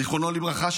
זיכרונו לברכה,